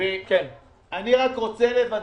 אני רק רוצה לוודא